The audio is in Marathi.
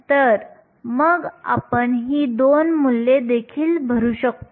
तर मग आपण ही 2 मूल्ये देखील भरू शकतो